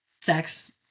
Sex